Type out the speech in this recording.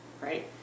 right